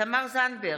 תמר זנדברג,